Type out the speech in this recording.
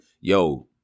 yo